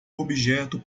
objeto